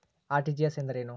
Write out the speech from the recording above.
RTGS ಎಂದರೇನು?